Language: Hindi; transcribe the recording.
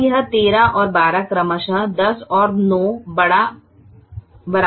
अब यह 13 और 12 क्रमशः ≥ 10 और 9 हैं